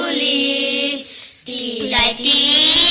um the the like